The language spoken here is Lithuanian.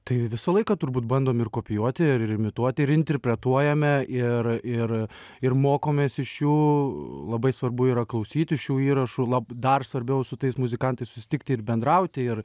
tai visą laiką turbūt bandom ir kopijuoti ir ir imituoti ir interpretuojame ir ir ir mokomės iš jų labai svarbu yra klausyti šių įrašų lab dar svarbiau su tais muzikantais susitikti ir bendrauti ir